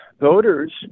voters